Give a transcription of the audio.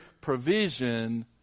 provision